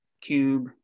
cube